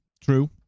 True